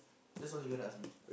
that's all you gonna ask me